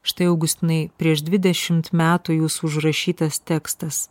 štai augustinai prieš dvidešimt metų jūsų užrašytas tekstas